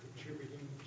contributing